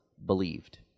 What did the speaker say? believed